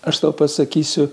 aš tau pasakysiu